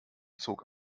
zog